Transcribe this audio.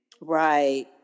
Right